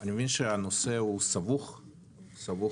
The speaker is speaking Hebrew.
אני מבין שהנושא הוא סבוך משפטית.